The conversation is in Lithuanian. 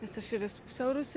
nes aš ir esu pusiau rusė